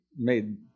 made